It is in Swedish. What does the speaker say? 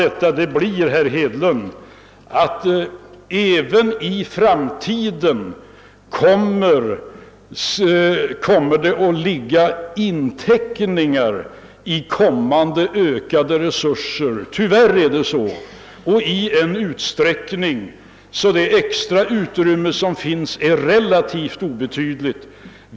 Slutsatsen blir, herr Hedlund, att det tyvärr även i framtiden kommer att finnas inteckningar i kommande ökningar av resurserna och detta i sådan utsträckning, att det extra utrymmet blir relativt obetydligt.